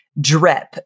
drip